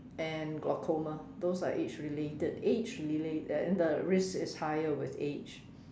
and glaucoma those are age related age related uh and the risk is higher with age